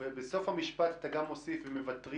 בסוף המשפט אתה גם מוסיף אם מוותרים